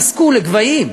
המחירים נסקו לגבהים.